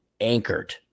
anchored